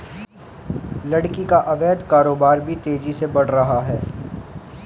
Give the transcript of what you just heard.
लकड़ी का अवैध कारोबार भी तेजी से बढ़ रहा है